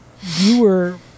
viewer